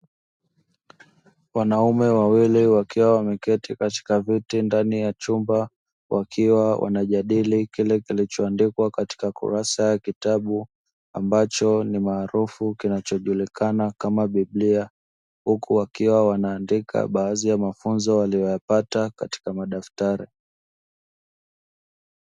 Wanaume wawili wakiwa wameketi katika viti ndani ya chumba, wakiwa wanajadili kile kilichoandikwa katika kurasa ya kitabu, ambacho ni maarufu kinachojulikana kama biblia; huku wakiwa wanaandika baadhi ya mafunzo waliyoyapata katika madaftari.